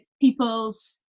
people's